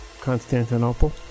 Constantinople